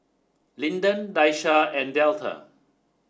Linden Daisha and Delta